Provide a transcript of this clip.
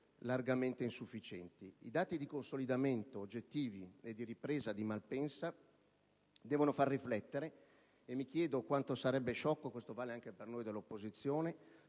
largamente insufficienti. I dati di consolidamento oggettivi e di ripresa di Malpensa devono far riflettere e mi chiedo quanto sarebbe sciocco - questo vale anche per noi dell'opposizione